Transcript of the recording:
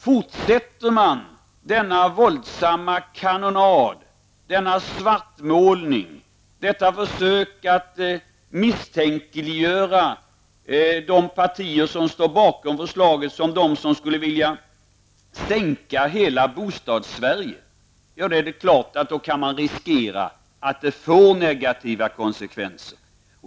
Fortsätter man denna våldsamma kanonad, denna svartmålning, detta försök att misstänkliggöra de partier som står bakom förslaget såsom de som skulle vilja sänka hela Bostadssverige, är det klart att man kan riskera att det får negativa konsekvenser.